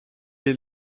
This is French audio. est